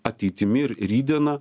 ateitimi ir rytdiena